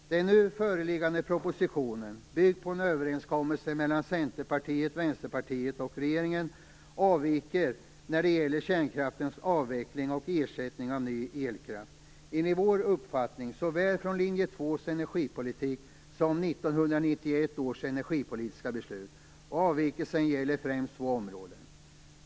Den nu föreliggande propositionen, byggd på en överenskommelse mellan Centerpartiet, Vänsterpartiet och regeringen, avviker när det gäller kärnkraftens avveckling och ersättning med ny elkraft enligt vår uppfattning såväl från linje 2:s energipolitik som 1991 års energipolitiska beslut. Avvikelsen gäller främst två områden.